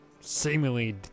seemingly